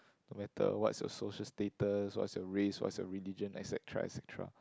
no matter what's your social status what's your race what's your religion et-cetera et-cetera